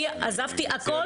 אני עזבתי הכל.